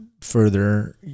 further